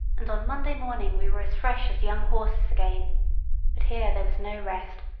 and on monday morning we were as fresh as young horses again but here there was no rest,